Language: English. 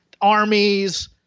armies